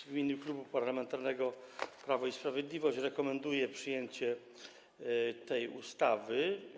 W imieniu Klubu Parlamentarnego Prawo i Sprawiedliwość rekomenduję przyjęcie tej ustawy.